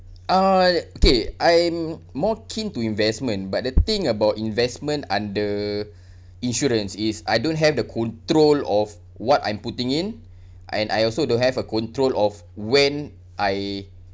uh okay I'm more keen to investment but the thing about investment under insurance is I don't have the control of what I'm putting in and I also don't have a control of when I